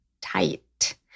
tight